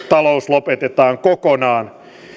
lopetetaan kokonaan